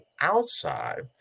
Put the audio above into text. outside